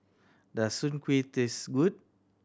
does Soon Kueh taste good